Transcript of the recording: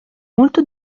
molto